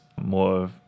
more